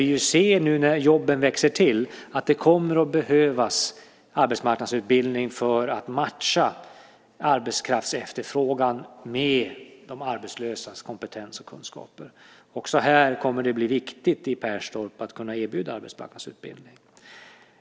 Vi ser nu, när jobben växer till, att det kommer att behövas arbetsmarknadsutbildning för att matcha arbetskraftsefterfrågan med de arbetslösas kompetens och kunskaper. Det kommer att bli viktigt också i Perstorp att kunna erbjuda arbetsmarknadsutbildning.